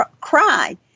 cry